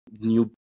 new